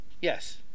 Yes